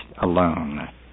alone